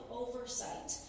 oversight